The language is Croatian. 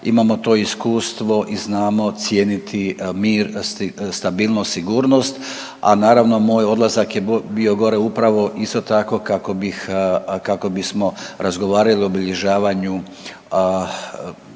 imamo to iskustvo i znamo cijeniti mir, stabilnost, sigurnost, a naravno moj odlazak je bio gore upravo isto tako kako bih, kako bismo razgovarali o obilježavanju